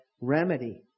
remedy